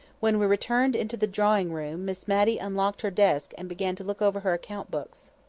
when we returned into the drawing-room, miss matty unlocked her desk and began to look over her account-books.